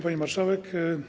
Pani Marszałek!